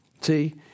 See